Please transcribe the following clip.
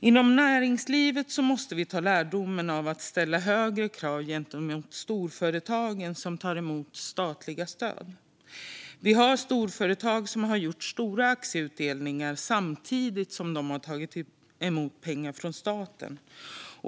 Inom näringslivet måste vi dra lärdomen att ställa högre krav på de storföretag som tar emot statliga stöd. Vi har storföretag som har gjort stora aktieutdelningar samtidigt som de har tagit emot pengar från staten.